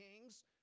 kings